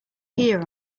hear